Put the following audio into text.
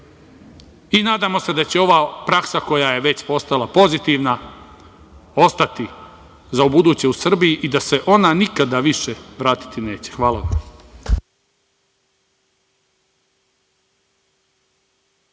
i nadamo se da će ova praksa koja je već postala pozitivna ostati za ubuduće u Srbiji i da se ona nikada više vratiti neće. Hvala vam.